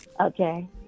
Okay